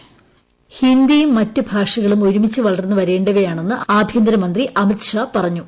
voice ഹിന്ദിയും മറ്റ് ഭാഷകളും ഒരുമിച്ച് വളർന്നു വരേണ്ടവയാണെന്ന് ആഭ്യന്തരമന്ത്രി അമിത്ഷാ പറഞ്ഞു